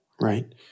right